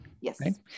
Yes